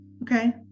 Okay